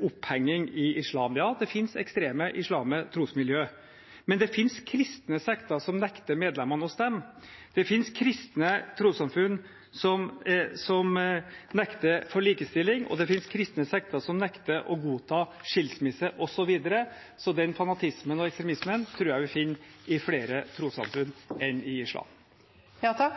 opphenging i islam: Ja, det finnes ekstreme muslimske trosmiljøer, men det finnes kristne sekter som nekter medlemmene å stemme, det finnes kristne trossamfunn som nekter for likestilling, og det finnes kristne sekter som nekter å godta skilsmisse, osv. Den fanatismen og ekstremismen tror jeg vi finner i flere trossamfunn enn i islam. Flere av